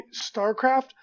StarCraft